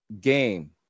game